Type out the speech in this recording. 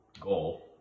goal